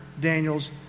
Daniel's